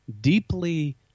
deeply